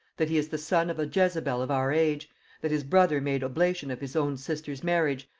that he is the son of a jezabel of our age that his brother made oblation of his own sister's marriage,